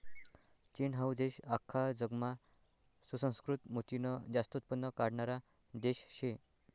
चीन हाऊ देश आख्खा जगमा सुसंस्कृत मोतीनं जास्त उत्पन्न काढणारा देश शे